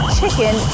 chicken